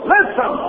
Listen